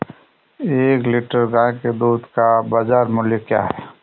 एक लीटर गाय के दूध का बाज़ार मूल्य क्या है?